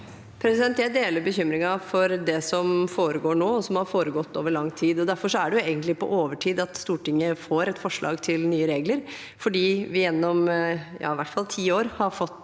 Jeg deler bekym- ringen for det som foregår nå, og som har foregått over lang tid. Derfor er det egentlig på overtid at Stortinget får et forslag til nye regler, fordi vi i hvert fall gjennom ti år har fått